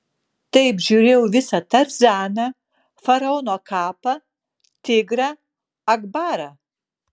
taip žiūrėjau visą tarzaną faraono kapą tigrą akbarą